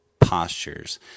postures